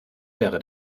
wäre